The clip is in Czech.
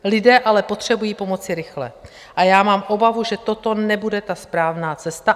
Lidé ale potřebují pomoci rychle a já mám obavu, že toto nebude ta správná cesta.